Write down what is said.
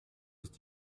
ist